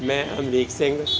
ਮੈਂ ਅਮਰੀਕ ਸਿੰਘ